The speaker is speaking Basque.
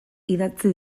idatzi